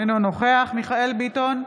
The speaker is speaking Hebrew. אינו נוכח מיכאל מרדכי ביטון,